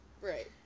Right